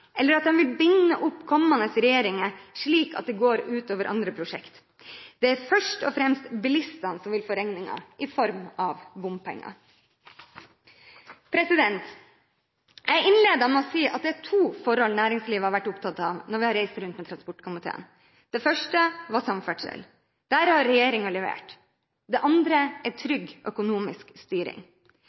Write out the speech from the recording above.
eller at dei vil binde opp kommande regjeringar slik at det går ut over andre prosjekt. Det er først og fremst bilistane som vil få rekninga, i form av bompengar». Jeg innledet med å si at det er to forhold næringslivet har vært opptatt av når vi har reist rundt med transportkomiteen. Det første er samferdsel – der har regjeringen levert. Det andre er trygg økonomisk styring.